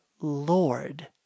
Lord